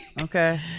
Okay